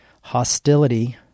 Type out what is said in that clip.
Hostility